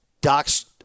doc's